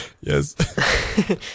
Yes